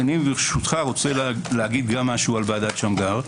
ברשותך אני רוצה לומר משהו גם על ועדת שמגר,